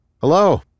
Hello